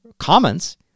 comments